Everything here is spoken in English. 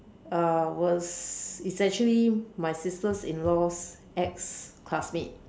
uh was is actually my sister's in law's ex classmate